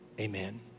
Amen